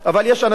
אבל יש אנשים,